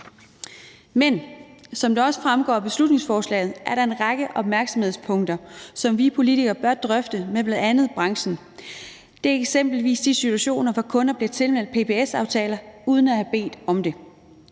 Men som det også fremgår af beslutningsforslaget, er der en række opmærksomhedspunkter, som vi politikere bør drøfte med bl.a. branchen. Det drejer sig eksempelvis om de situationer, hvor kunder bliver tilmeldt PBS-aftaler uden at have bedt om det.